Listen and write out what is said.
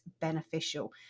beneficial